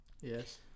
Yes